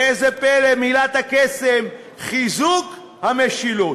ראה זה פלא, מילת הקסם: חיזוק המשילות.